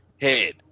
head